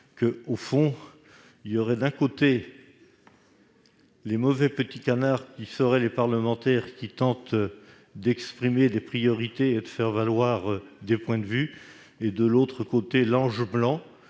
affaire, il y aurait, d'un côté, les mauvais petits canards, les parlementaires qui tentent d'exprimer des priorités, de faire valoir des points de vue, et, de l'autre, l'ange blanc